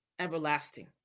everlasting